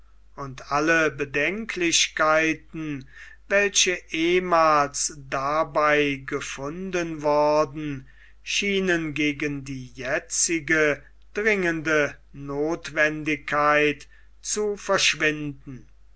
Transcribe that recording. und alle bedenklichkeiten welche ehemals dabei gefunden worden schienen gegen die jetzige dringende notwendigkeit zu verschwinden